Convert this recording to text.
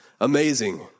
Amazing